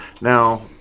Now